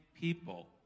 people